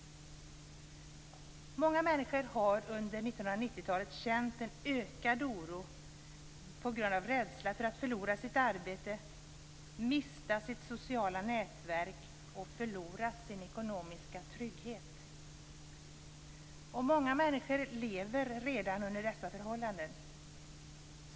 Många människor har under 1990-talet känt en ökad oro på grund av rädsla för att förlora sitt arbete, mista sitt sociala nätverk och förlora sin ekonomiska trygghet. Många människor lever redan under dessa förhållanden.